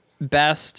best